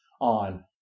on